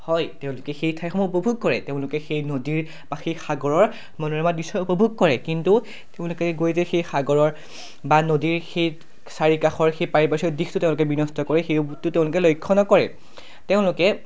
হয় তেওঁলোকে সেই ঠাইসমূহ উপভোগ কৰে তেওঁলোকে সেই নদীৰ বা সেই সাগৰৰ মনোৰমা দৃশ্য উপভোগ কৰে কিন্তু তেওঁলোকে গৈ যে সেই সাগৰৰ বা নদীৰ সেই চাৰিকাষৰ সেই পাৰিপাৰ্শ্বিক দিশটো তেওঁলোকে বিনষ্ট কৰে সেইটো তেওঁলোকে লক্ষ্য নকৰে তেওঁলোকে